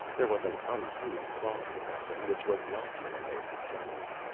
there was an un-human quality about them which was lacking in their descendents.